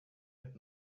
had